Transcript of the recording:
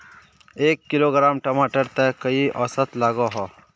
एक किलोग्राम टमाटर त कई औसत लागोहो?